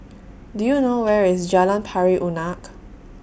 Do YOU know Where IS Jalan Pari Unak